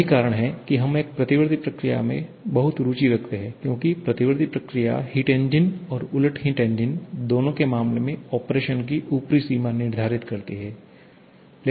यही कारण है कि हम एक प्रतिवर्ती प्रक्रिया में बहुत रुचि रखते हैं क्योंकि प्रतिवर्ती प्रक्रिया हिट इंजन और उलट हिट इंजन दोनों के मामले में ऑपरेशन की ऊपरी सीमा निर्धारित करती है